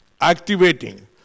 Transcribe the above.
Activating